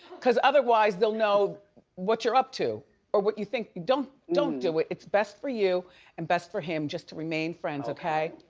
cause otherwise they'll know what you're up to or what you think. don't don't do it, it's best for you and best for him just to remain friends okay.